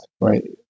right